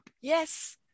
Yes